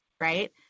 right